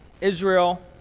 Israel